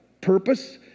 purpose